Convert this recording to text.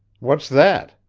what's that?